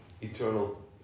eternal